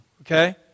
Okay